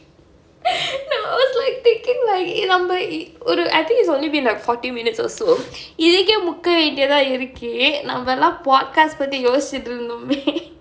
I was like taking like நம்ம ஒரு:namma oru I think it's only been like forty minutes or so இதுக்கே முக்கிட்டு இருக்கு நம்மல்ல:ithukkae mukkittu irukku nammalla broadcast பத்தி யோசிச்சுட்டு இருந்தோமே:pathi yosichuttu irunthomae